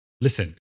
Listen